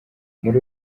muri